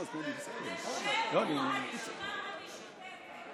השם הוא "הרשימה המשותפת".